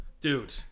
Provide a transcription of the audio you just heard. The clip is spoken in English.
Dude